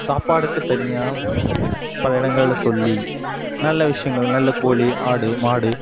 சாப்பாட்டுக்கு தனியாக பல இடங்களில் சொல்லி நல்ல விஷயங்கள் நல்ல கோழி ஆடு மாடு